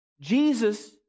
Jesus